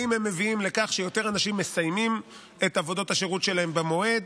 אם הם מביאים לכך שיותר אנשים מסיימים את עבודות השירות שלהם במועד,